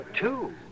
Two